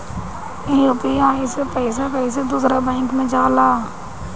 UPI से पैसा कैसे दूसरा बैंक मे जाला?